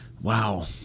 Wow